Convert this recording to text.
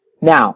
Now